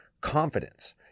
confidence